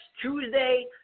Tuesday